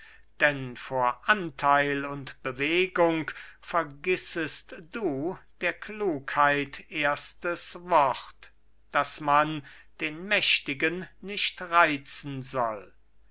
denn vor antheil und bewegung vergissest du der klugheit erstes wort daß man den mächtigen nicht reizen soll